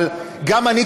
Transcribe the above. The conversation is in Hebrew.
אבל גם אני,